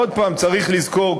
עוד הפעם צריך לזכור,